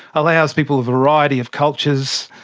allows people a variety of cultures,